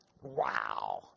Wow